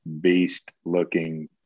beast-looking –